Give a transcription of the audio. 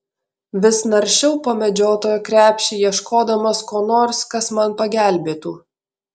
vis naršiau po medžiotojo krepšį ieškodamas ko nors kas man pagelbėtų